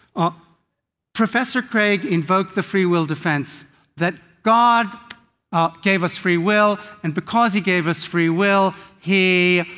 ah professor craig invoked the free will defense that god ah gave us free will and because he gave us free will, he